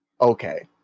okay